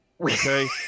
okay